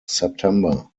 september